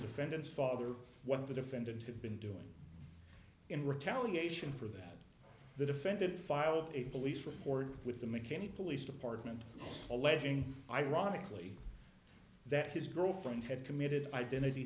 defendant's father one of the defendants had been doing in retaliation for that the defendant filed a police report with the mckinney police department alleging ironically that his girlfriend had committed identity